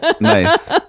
nice